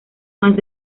más